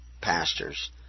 Pastors